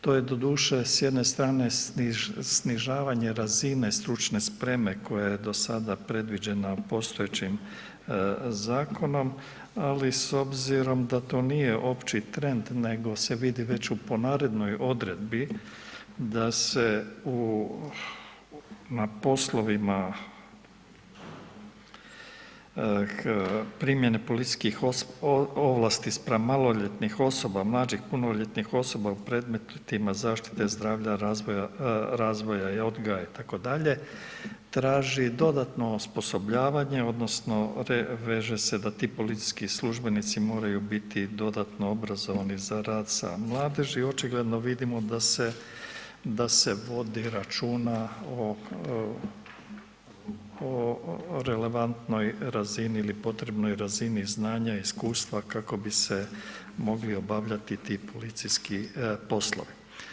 To je doduše s jedne strane snižavanje razine stručne spreme koja je do sada predviđena postojećim zakonom, ali s obzirom da to nije opći trend nego se vidi već u ponarednoj odredbi da se u, na poslovima primjene policijskih ovlasti spram maloljetnih osoba, mlađih punoljetnih osoba u predmetima zaštite zdravlja razvoja, odgoja itd., traži dodatno osposobljavanje odnosno reže se da ti policijski službenici moraju biti dodatno obrazovani za rad sa mladeži očigledno vidimo da se, da se vodi računa o relevantnoj razini ili potrebnoj razini znanja, iskustva kako bi se mogli obavljati ti policijski poslovi.